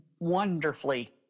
wonderfully